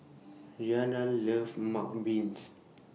Rhianna loves Mung wins